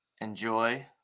enjoy